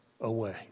away